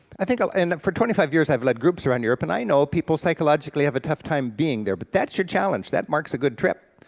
i think i'll end up for twenty five years i've led groups around europe and i know people, psychologically, have a tough time being there, but that's your challenge, that marks a good trip.